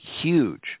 huge